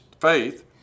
faith